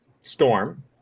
storm